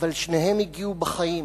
אבל שניהם הגיעו בחיים.